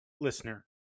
listener